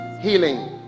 healing